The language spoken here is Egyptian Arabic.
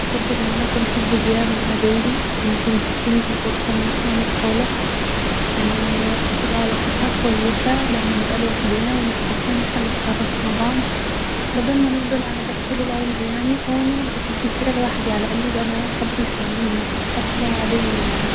افضل ان أنا أكون في الجزيرة مع عدوي يمكن تكون دي فرصة ان احنا نتصالح و تبقى علاقتنا كويسة لما نبقى لوحدنا و محتاجين ان احنا نتصرف مع بعض بدل ما نفضل أعداء طول العمر يعني او ان أنا أبقى في الجزيرة لوحدي على الأقل يبقى معايا حد يسليني حتى لو عدوي يعني